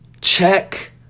check